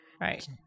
Right